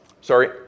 Sorry